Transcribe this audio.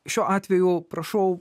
šiuo atveju prašau